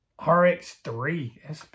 RX3